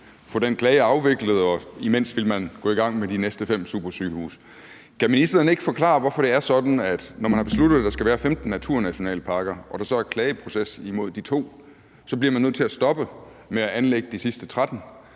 få den klage afviklet, og imens ville man gå i gang med de næste fem supersygehuse. Kan ministeren ikke forklare, hvorfor det er sådan, at når man har besluttet, at der skal være 15 naturnationalparker, og der så er en klageproces imod de to, så bliver man nødt til at stoppe med at anlægge de sidste 13?